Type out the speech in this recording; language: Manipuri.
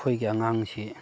ꯑꯩꯈꯣꯏꯒꯤ ꯑꯉꯥꯡꯁꯦ